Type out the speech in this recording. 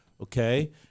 Okay